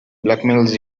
blackmails